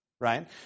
Right